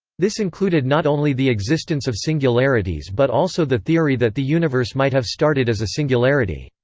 this included not only the existence of singularities but also the theory that the universe might have started as a singularity.